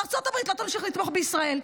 ארצות הברית לא תמשיך לתמוך בישראל.